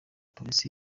polisi